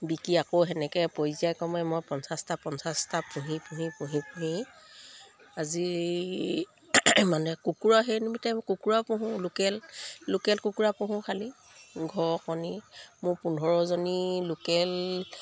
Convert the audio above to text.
বিকি আকৌ তেনেকে পৰ্যায়ক্ৰমে মই পঞ্চাছটা পঞ্চাছটা পুহি পুহি পুহি পুহি আজি এই মানে কুকুৰা সেই নিমিতে কুকুৰা পুহোঁ লোকেল লোকেল কুকুৰা পুহোঁ খালী ঘৰৰ কণী মোৰ পোন্ধৰজনী লোকেল